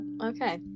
Okay